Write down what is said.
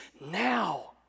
now